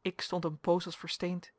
ik stond een poos als versteend